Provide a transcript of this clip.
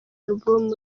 album